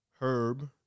Herb